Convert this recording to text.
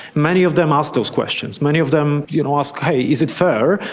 many of them ask those questions, many of them you know ask, hey, is it fair,